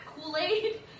Kool-Aid